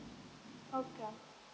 okay